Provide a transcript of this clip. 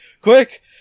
Quick